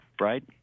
right